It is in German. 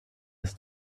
des